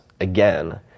again